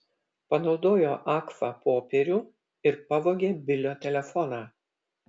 panaudojo agfa popierių ir pavogė bilio telefoną